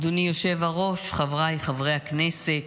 אדוני היושב-ראש, חבריי חברי הכנסת,